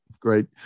Great